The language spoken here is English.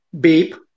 BEEP